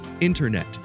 internet